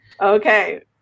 okay